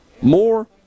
more